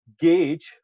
gauge